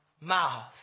mouth